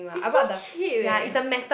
is so cheap eh